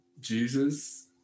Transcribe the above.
Jesus